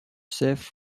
صفر